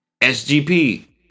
SGP